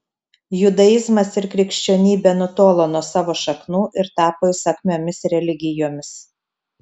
judaizmas ir krikščionybė nutolo nuo savo šaknų ir tapo įsakmiomis religijomis